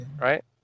right